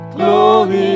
glory